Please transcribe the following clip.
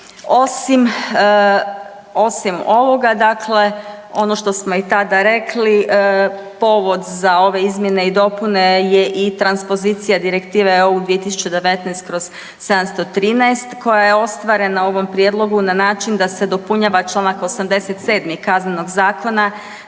Osim ovoga ono što smo i tada rekli povod za ove izmjene i dopune je i transpozicija Direktive EU 2019/713 koja je ostvarena u ovom prijedlogu na način da se dopunjava čl. 87. KZ-a